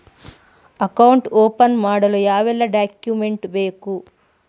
Account open ಮಾಡಲು ಯಾವೆಲ್ಲ document ಬೇಕು?